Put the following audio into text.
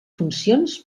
funcions